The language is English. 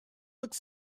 looked